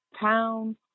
town